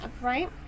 right